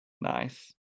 nice